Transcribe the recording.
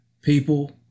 people